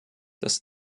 das